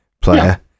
player